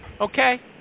Okay